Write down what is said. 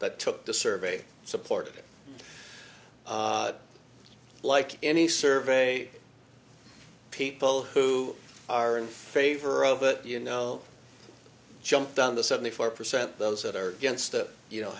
but took the survey supported it like any survey people who are in favor of it you know jumped on the seventy four percent those that are against it you know